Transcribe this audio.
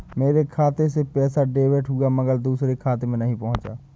मेरे खाते से पैसा डेबिट हुआ मगर दूसरे खाते में नहीं पंहुचा